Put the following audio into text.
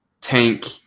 tank